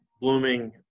blooming